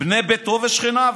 בני ביתו ושכניו.